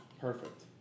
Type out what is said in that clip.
Perfect